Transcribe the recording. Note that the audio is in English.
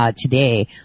today